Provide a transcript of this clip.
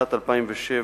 בהתאם למתווה,